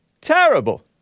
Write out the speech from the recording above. Terrible